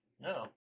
No